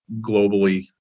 globally